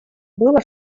было